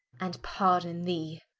and pardon thee.